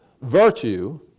virtue